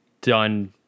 done